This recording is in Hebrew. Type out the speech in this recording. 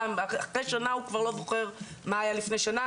אחרי שנה הוא כבר לא זוכר מה היה לפני שנה,